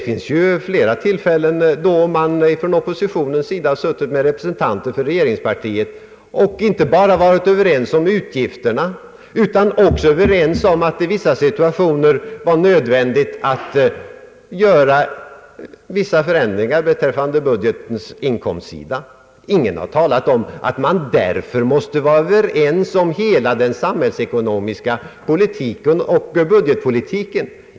Vid flera tillfällen har man från oppositionspartiernas sida suttit med i överläggningar med representanter för regeringspartiet, och därvid har man inte bara varit överens om utgifterna utan också överens om vissa förändringar på budgetens inkomstsida, i situationer då så varit nödvändigt. Ingen har talat om att man därför måste vara överens om hela den samhällsekonomiska politiken och budgetpolitiken.